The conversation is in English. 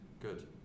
good